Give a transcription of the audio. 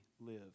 live